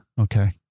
Okay